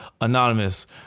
Anonymous